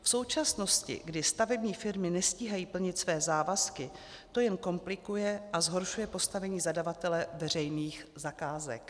V současnosti, kdy stavební firmy nestíhají plnit své závazky, to jen komplikuje a zhoršuje postavení zadavatele veřejných zakázek.